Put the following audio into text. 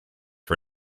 for